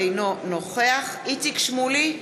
אינו נוכח איציק שמולי,